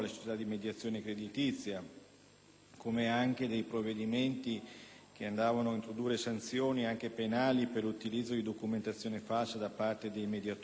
creditizia; dei provvedimenti che andavano a introdurre sanzioni, anche penali, in caso di utilizzo di documentazione falsa da parte dei mediatori creditizi;